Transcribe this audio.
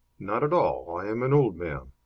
not at all. i am an old man.